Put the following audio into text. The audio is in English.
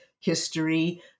history